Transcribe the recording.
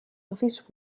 office